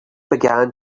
began